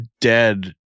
dead